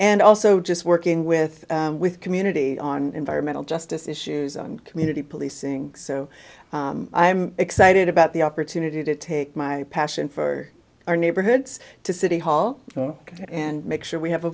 and also just working with with community on environmental justice issues on community policing so i'm excited about the opportunity to take my passion for our neighborhoods to city hall and make sure we have a